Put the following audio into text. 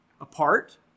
apart